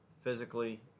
physically